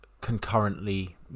concurrently